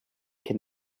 can